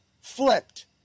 flipped